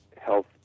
health